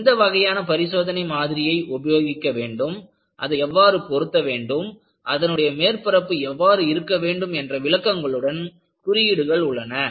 எந்த வகையான பரிசோதனை மாதிரியை உபயோகிக்க வேண்டும் அதை எவ்வாறு பொருத்த வேண்டும் அதனுடைய மேற்பரப்பு எவ்வாறு இருக்க வேண்டும் என்ற விளக்கங்களுடன் குறியீடுகள் உள்ளன